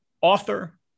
author